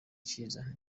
cyiza